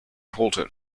halted